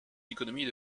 d’économies